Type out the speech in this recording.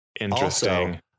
Interesting